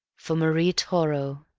for marie toro,